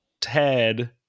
Ted